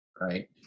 Right